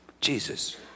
Jesus